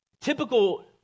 typical